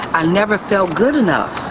i never felt good enough